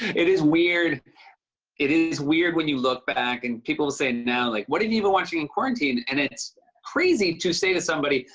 it is weird it is weird when you look back, and people will say now, like, what have you been watching in quarantine? and it's crazy to say to somebody,